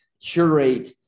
curate